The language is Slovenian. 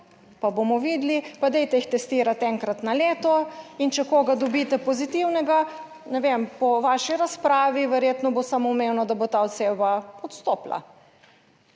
pa bomo videli, pa dajte jih testirati enkrat na leto, in če koga dobite pozitivnega, ne vem, po vaši razpravi verjetno bo samoumevno, da bo ta oseba odstopila.